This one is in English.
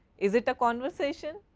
is it a conversation,